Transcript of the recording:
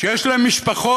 שיש להם משפחות?